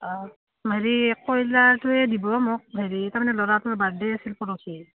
অঁ হেৰি কয়লাৰটোৱে দিব মোক হেৰি তাৰমানে ল'ৰাটোৰ বাৰ্থডে আছিল পৰহি